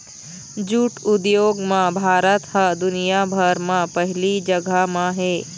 jute उद्योग म भारत ह दुनिया भर म पहिली जघा म हे